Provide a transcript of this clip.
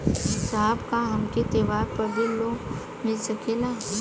साहब का हमके त्योहार पर भी लों मिल सकेला?